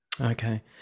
okay